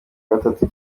gatatu